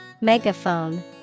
Megaphone